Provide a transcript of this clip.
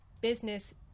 business